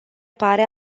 pare